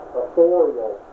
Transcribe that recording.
authorial